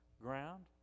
ground